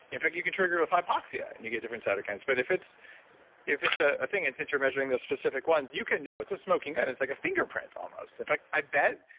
in fact, you can trigger with hypoxia and you get different cytokines. but if it's if it's ah a thing and since you're center measuring the specific ones you can know it's a smoking gun, it's like a fingerprint almost. in fact, i bet.